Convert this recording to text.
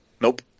Nope